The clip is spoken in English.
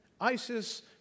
ISIS